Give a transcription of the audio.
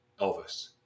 Elvis